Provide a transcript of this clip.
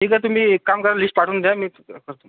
ठीक आहे तुम्ही एक काम करा लिस्ट पाठवून द्या मी करतो